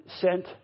sent